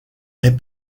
est